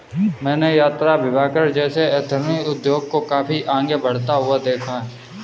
मैंने यात्राभिकरण जैसे एथनिक उद्योग को काफी आगे बढ़ता हुआ देखा है